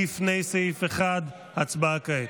לפני סעיף 1. הצבעה כעת.